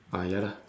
ah ya lah